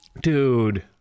dude